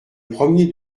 premier